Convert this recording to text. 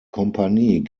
kompanie